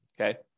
okay